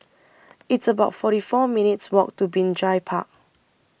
It's about forty four minutes' Walk to Binjai Park